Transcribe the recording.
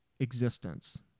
existence